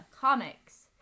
comics